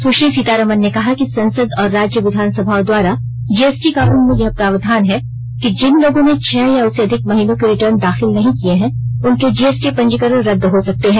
सुश्री सीतारामन ने कहा कि संसद और राज्य विधानसभाओं द्वारा जीएसटी कानून में यह प्रावधान है कि जिन लोगों ने छह या उससे अधिक महीनों के रिटर्न दाखिल नहीं किए हैं उनके जीएसटी पंजीकरण रद्द हो सकते हैं